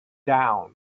down